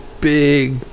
big